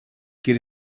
geht